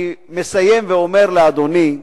אני מסיים ואומר לאדוני: